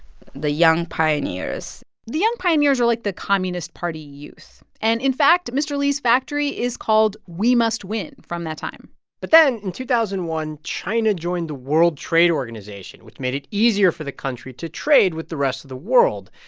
the young pioneers the young pioneers are like the communist party youth. and in fact, mr. li's factory is called we must win from that time but then in two thousand and one, china joined the world trade organization, which made it easier for the country to trade with the rest of the world.